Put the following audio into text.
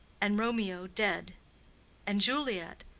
and romeo dead and juliet,